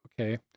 okay